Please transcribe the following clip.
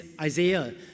Isaiah